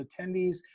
attendees